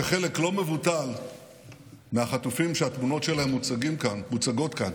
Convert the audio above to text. שחלק לא מבוטל מהחטופים שהתמונות שלהם מוצגות כאן